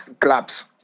clubs